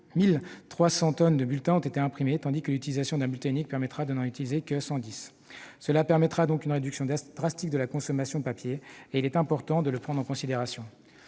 1 300 tonnes de bulletins ont été imprimées, tandis que l'utilisation d'un bulletin unique permettrait de n'en utiliser que 110 tonnes. Cela représente une réduction drastique de la consommation de papier qu'il est important de prendre en considération.